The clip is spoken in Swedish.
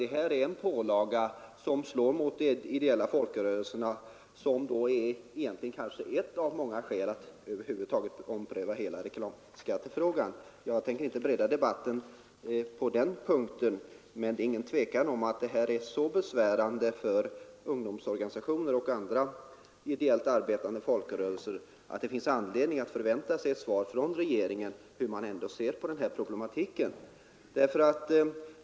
Det gäller en pålaga som slår hårt mot de ideella folkrörelserna och som borde vara ett skäl att ompröva reklamskattefrågan över huvud taget. Jag tänker inte bredda debatten på denna punkt, men det är inget tvivel om att denna pålaga är så besvärande för ungdomsorganisationer och andra ideellt arbetande folkrörelser att det finns anledning att förvänta sig ett svar från regeringen om hur den ser på denna problematik.